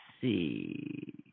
see